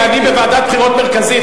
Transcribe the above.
בוועדת הבחירות המרכזית,